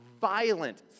violent